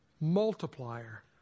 multiplier